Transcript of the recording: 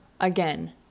Again